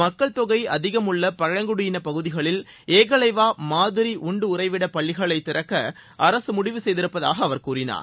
மக்கள் தொகை அதிகம் உள்ள பழங்குடியின பகுதிகளில் ஏகலைவா மாதிரி உண்டு உறைவிட பள்ளிகளை திறக்க அரசு முடிவு செய்திருப்பதாக அவர் கூறினார்